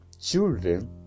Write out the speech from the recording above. children